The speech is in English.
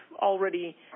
already